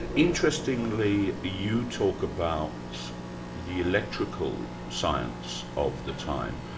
interestingly, you talk about the electrical science of the time,